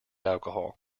alcohol